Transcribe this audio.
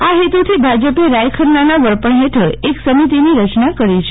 આ હેતથી ભાજપે રાયખન્નાના વડપણ હેઠળ એક સમિતિની રચના કરો છે